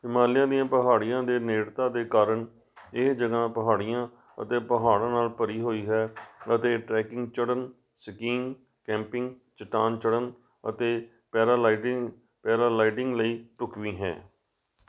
ਹਿਮਾਲਿਆ ਦੀਆਂ ਪਹਾੜੀਆਂ ਦੇ ਨੇੜਤਾ ਦੇ ਕਾਰਨ ਇਹ ਜਗ੍ਹਾ ਪਹਾੜੀਆਂ ਅਤੇ ਪਹਾੜਾਂ ਨਾਲ ਭਰੀ ਹੋਈ ਹੈ ਅਤੇ ਟ੍ਰੈਕਿੰਗ ਚੜ੍ਹਨ ਸਕੀਮ ਕੈਂਪਿੰਗ ਚਟਾਨ ਚੜ੍ਹਨ ਅਤੇ ਪੈਰਾਲਾਈਡਿੰਗ ਪੈਰਾਲਾਈਡਿੰਗ ਲਈ ਢੁਕਵੀਂ ਹੈ